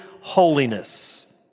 holiness